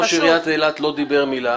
ראש עיריית אילת לא דיבר מילה.